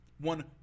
one